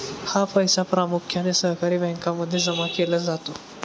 हा पैसा प्रामुख्याने सहकारी बँकांमध्ये जमा केला जातो